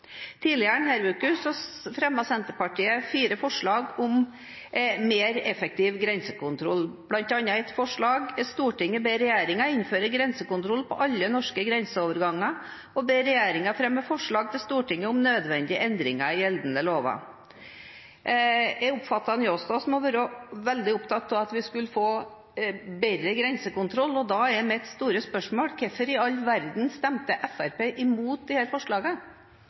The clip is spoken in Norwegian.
Tidligere denne uken fremmet Senterpartiet fire forslag om mer effektiv grensekontroll, bl.a. forslaget: «Stortinget ber regjeringen innføre grensekontroll på alle norske grenseoverganger, og ber regjeringen fremme forslag til Stortinget om nødvendige endringer i gjeldende lover.» Jeg oppfattet at Njåstad har vært veldig opptatt av at vi skulle få bedre grensekontroll, og da er mitt store spørsmål: Hvorfor i all verden stemte Fremskrittspartiet imot